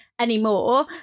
Anymore